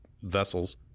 Vessels